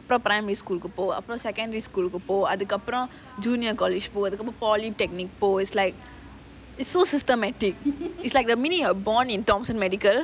அப்புறம்:po appuram primary school கு போ:ku po after secondary school கு போ:ku po junior college கு போ:ku po polytechnic கு போ:ku po it's like it's so systematic it's like the minute you're born in thomson medical